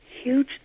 huge